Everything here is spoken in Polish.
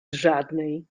żadnej